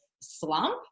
slump